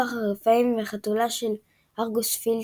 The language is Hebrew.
רוח רפאים והחתולה של ארגוס פילץ',